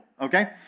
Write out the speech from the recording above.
okay